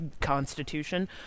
Constitution